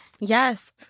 yes